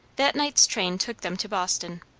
that night's train took them to boston.